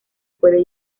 puede